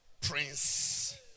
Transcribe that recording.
prince